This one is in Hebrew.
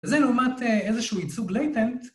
‫זה לעומת איזשהו ייצוג לייטנט.